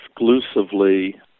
exclusively